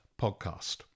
podcast